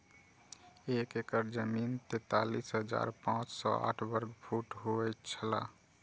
एक एकड़ जमीन तैंतालीस हजार पांच सौ साठ वर्ग फुट होय छला